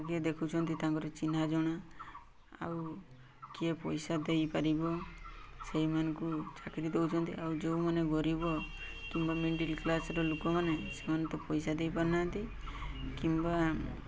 କିଏ ଦେଖୁଛନ୍ତି ତାଙ୍କର ଚିହ୍ନା ଜଣା ଆଉ କିଏ ପଇସା ଦେଇପାରିବ ସେଇମାନଙ୍କୁ ଚାକିରି ଦେଉଛନ୍ତି ଆଉ ଯେଉଁମାନେ ଗରିବ କିମ୍ବା ମିଡ଼ିଲ୍ କ୍ଲାସ୍ର ଲୋକମାନେ ସେମାନେ ତ ପଇସା ଦେଇପାରୁନାହାନ୍ତି କିମ୍ବା